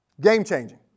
Game-changing